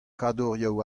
kadorioù